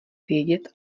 vědět